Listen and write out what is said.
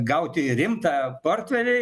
gauti rimtą portfelį